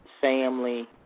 family